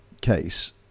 case